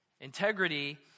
Integrity